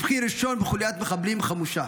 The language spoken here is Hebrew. הוא הבחין ראשון בחוליית מחבלים חמושה.